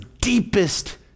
deepest